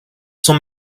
sans